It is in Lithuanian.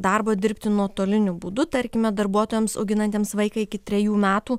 darbo dirbti nuotoliniu būdu tarkime darbuotojams auginantiems vaiką iki trejų metų